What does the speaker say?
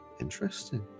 Interesting